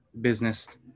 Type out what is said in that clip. business